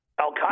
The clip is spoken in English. al-Qaeda